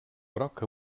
groc